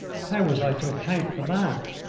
how was i to account for that?